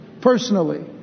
personally